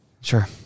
Sure